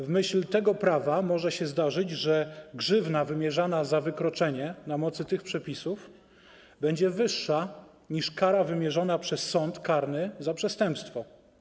W myśl tego prawa może się zdarzyć, że grzywna wymierzona za wykroczenie na mocy tych przepisów będzie wyższa niż kara wymierzona przez sąd karny za przestępstwo.